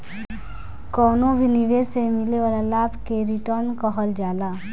कवनो भी निवेश से मिले वाला लाभ के रिटर्न कहल जाला